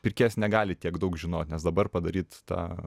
pirkėjas negali tiek daug žinot nes dabar padaryt tą